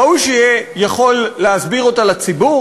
ראוי שיוכל להסביר אותה לציבור.